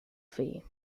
fee